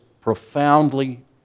profoundly